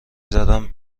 زدم